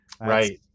right